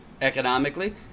economically